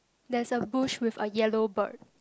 there's a bush with a yellow bird